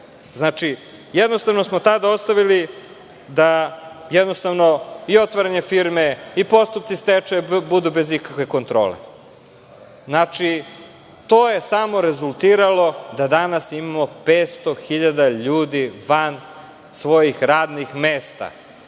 jednostavno smo tada ostavili da jednostavno i otvaranje firme i postupci stečaja budu bez ikakve kontrole. To je samo rezultiralo da danas imamo 500.000 ljudi van svojih radnih mesta. Sve